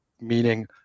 meaning